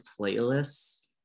playlists